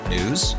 News